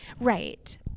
Right